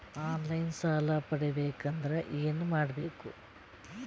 On line ಸಾಲ ಪಡಿಬೇಕಂದರ ಏನಮಾಡಬೇಕು?